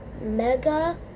Mega